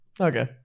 okay